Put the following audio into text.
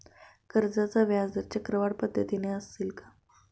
कर्जाचा व्याजदर चक्रवाढ पद्धतीने असेल का?